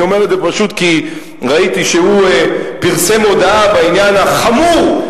אני אומר את זה פשוט כי ראיתי שהוא פרסם הודעה בעניין החמור,